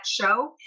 show